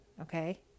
Okay